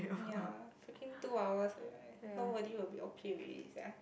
ya freaking two hours eh nobody will be okay with it sia